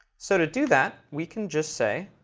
so to do that, we can just say